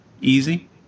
easy